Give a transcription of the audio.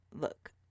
look